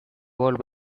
world